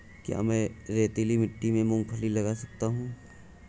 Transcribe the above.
क्या मैं रेतीली मिट्टी में मूँगफली लगा सकता हूँ?